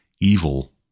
evil